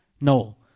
no